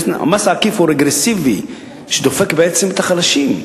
המס העקיף הוא רגרסיבי, שדופק בעצם את החלשים.